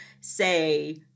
say